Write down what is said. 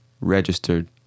registered